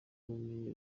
ubumenyi